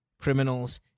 criminals